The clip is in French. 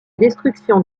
destruction